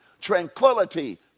tranquility